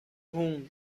هومممم